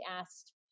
asked